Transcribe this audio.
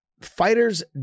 fighters